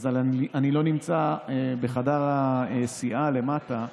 אני לא נמצא בחדר הסיעה למטה,